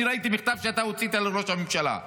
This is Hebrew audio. אני ראיתי מכתב שאתה הוצאת לראש הממשלה,